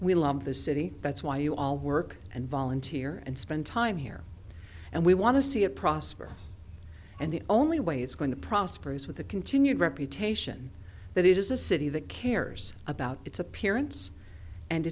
we love the city that's why you all work and volunteer and spend time here and we want to see it prosper and the only way it's going to prosper is with the continued reputation that it is a city that cares about its appearance and